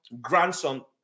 grandson